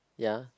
ya